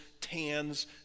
tans